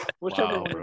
wow